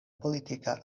politika